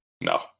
No